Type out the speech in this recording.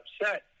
upset